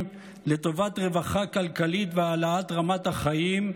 לטובת רווחה כלכלית והעלאת רמת החיים,